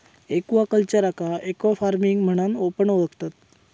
एक्वाकल्चरका एक्वाफार्मिंग म्हणान पण ओळखतत